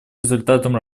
результатом